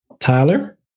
Tyler